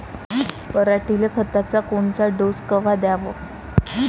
पऱ्हाटीले खताचा कोनचा डोस कवा द्याव?